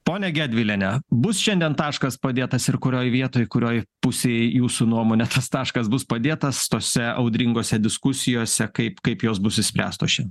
ponia gedviliene bus šiandien taškas padėtas ir kurioj vietoj kurioj pusėj jūsų nuomone tas taškas bus padėtas tose audringose diskusijose kaip kaip jos bus išspręstos šian